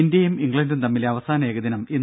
ഇന്ത്യയും ഇംഗ്ലണ്ടും തമ്മിലെ അവസാന ഏകദിനം ഇന്ന്